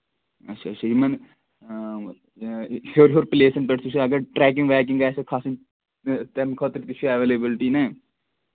اچھا سری نَگر ہیٚور ہیٚور پٕلیسن تہِ چھِ اَگر ٹریٚکِنگ ویٚکِنگ آسیٚو کھسُن تہٕ تَمہِ خٲطرٕ تہِ چھِ ایٚولیبٕلِٹی نہ